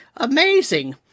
Amazing